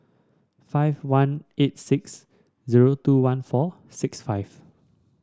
five one eight six zero two one four six five